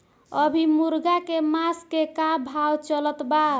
अभी मुर्गा के मांस के का भाव चलत बा?